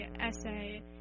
essay